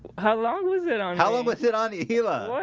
how long was it on how long was it on you, hela what?